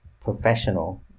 professional